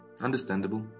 Understandable